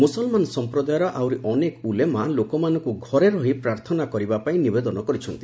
ମୁସଲମାନ ସମ୍ପ୍ରଦାୟର ଆହୁରି ଅନେକ ଉଲେମା ଲୋକମାନଙ୍କୁ ଘରେ ରହି ପ୍ରାର୍ଥନା କରିବାପାଇଁ ନିବେଦନ କରିଛନ୍ତି